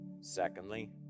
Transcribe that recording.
Secondly